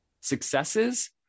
Successes